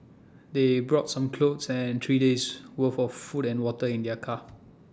they brought some clothes and three days' worth of food and water in their car